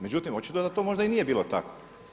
Međutim, očito da to možda i nije bilo tako.